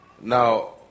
Now